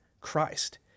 Christ